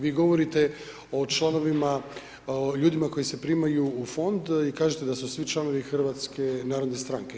Vi govorite o članovima, o ljudima koji se primaju u Fond i kažete da su svi članovi HNS-a.